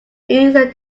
easier